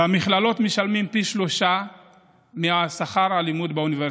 במכללות משלמים פי שלושה משכר הלימוד באוניברסיטה.